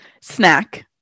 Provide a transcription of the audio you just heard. Snack